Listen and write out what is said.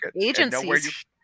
agencies